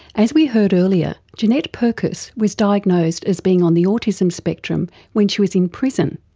as we heard earlier, jeanette purkis was diagnosed as being on the autism spectrum when she was in prison,